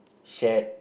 shared